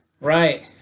Right